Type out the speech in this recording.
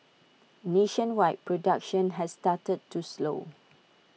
nationwide production has started to slow